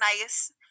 nice